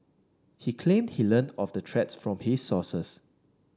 he claimed he learnt of the threats from his sources